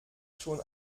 schon